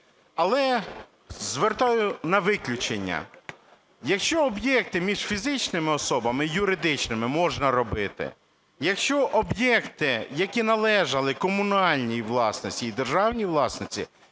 Але звертаю на виключення. Якщо об'єкти між фізичними особами і юридичними можна робити, якщо об'єкти, які належали комунальній власності і державній власності,